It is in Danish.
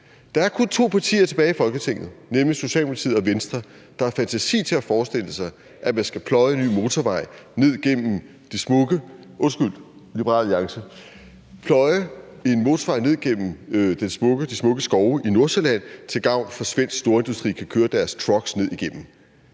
Der er kun to partier tilbage i Folketinget, nemlig Socialdemokratiet, Venstre og Liberal Alliance, der har fantasi til at forestille sig, at man skal pløje en ny motorvej ned igennem de smukke skove i Nordsjælland til gavn for svensk storindustri, som så kan køre deres trucks ned igennem.